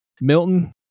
Milton